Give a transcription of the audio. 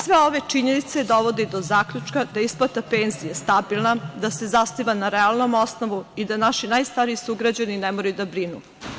Sve ove činjenice dovode do zaključka da je isplata penzija stabilna, da se zasniva na realnom osnovu i da naši najstariji sugrađani ne moraju da brinu.